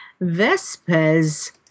Vespers